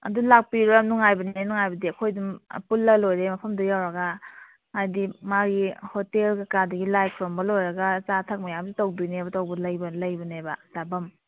ꯑꯗꯨ ꯂꯥꯛꯄꯤꯔꯣ ꯌꯥꯝ ꯅꯨꯡꯉꯥꯏꯕꯅꯦ ꯅꯨꯡꯉꯥꯏꯕꯗꯤ ꯑꯩꯈꯣꯏ ꯑꯗꯨꯝ ꯄꯨꯜꯂ ꯂꯣꯏꯔꯦ ꯃꯐꯝꯗꯨ ꯌꯧꯔꯒ ꯍꯥꯏꯗꯤ ꯃꯥꯒꯤ ꯍꯣꯇꯦꯜ ꯀꯩꯀꯥ ꯑꯗꯒꯤ ꯂꯥꯏ ꯈꯨꯔꯨꯝꯕ ꯂꯣꯏꯔꯒ ꯑꯆꯥ ꯑꯊꯛ ꯃꯌꯥꯝꯁꯨ ꯇꯧꯗꯣꯏꯅꯦꯕ ꯇꯧꯕ ꯂꯩꯕꯅꯦꯕ ꯆꯥꯐꯝ